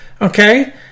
okay